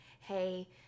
hey